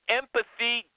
empathy